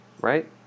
right